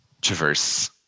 traverse